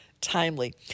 timely